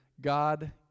God